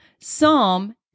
Psalm